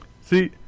See